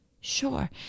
Sure